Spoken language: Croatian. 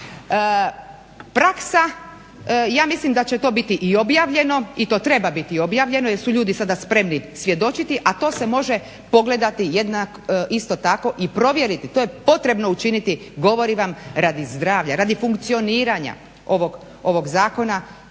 Praksa, ja mislim da će to biti i objavljeno i to treba biti objavljeno, jer su ljudi sada spremni svjedočiti, a to se može pogledati isto tako i provjeriti, to je potrebno učiniti govorim vam radi zdravlja, radi funkcioniranja ovog zakona